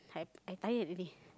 tired really